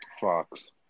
fox